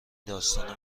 داستان